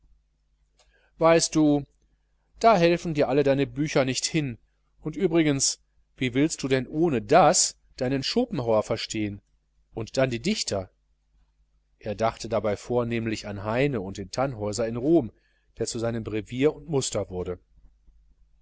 weißt du da helfen dir alle deine bücher nicht hin und übrigens wie willst du denn ohne das deinen schopenhauer verstehen und dann die dichter er dachte dabei vornehmlich an heine und den tannhäuser in rom der zu seinem brevier und muster wurde